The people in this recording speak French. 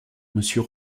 monsieur